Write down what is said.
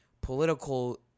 political